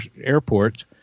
airports